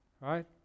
right